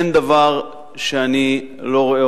אין דבר שאני לא רואה.